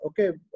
Okay